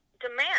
demand